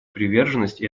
приверженность